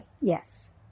Yes